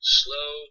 slow